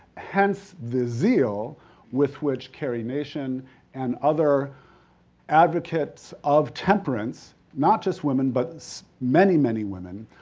hence, the zeal with which carrie nation and other advocates of temperance, not just women, but many, many women,